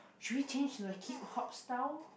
should we change to the hip hop style